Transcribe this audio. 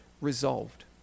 resolved